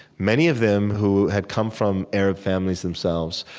many of them who had come from arab families themselves,